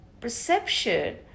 perception